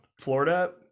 Florida